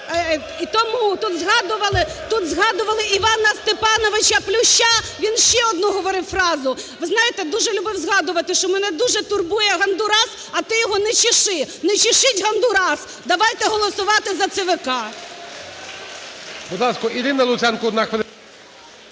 тут згадували Івана Степановича Плюща, він ще одну говорив фразу. Ви знаєте, дуже любив згадувати, що мене дуже турбує Гондурас, а ти його не чеши. Не чешіть Гондурас. Давайте голосувати за ЦВК